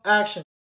action